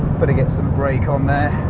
but get some brake on there.